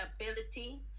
ability